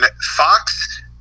Fox